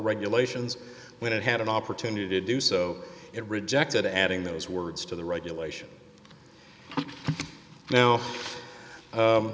regulations when it had an opportunity to do so it rejected adding those words to the regulation now